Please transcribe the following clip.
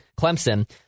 Clemson